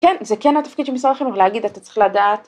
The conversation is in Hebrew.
‫כן, זה כן התפקיד שמשרד החינוך להגיד, אתה צריך לדעת.